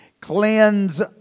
cleanse